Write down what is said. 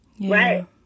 right